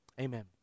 Amen